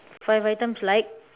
five items like